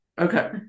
okay